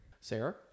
Sarah